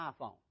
iPhone